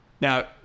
Now